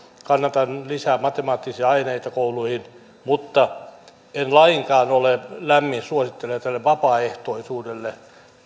kannatan lisää matemaattisia aineita kouluihin en lainkaan ole lämmin suosittelija tälle vapaaehtoisuudelle